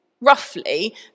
roughly